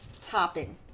topping